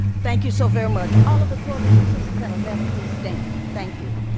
thank you so very much. all of the coalition sisters that are left, please stand. thank you.